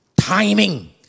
Timing